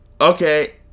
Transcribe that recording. Okay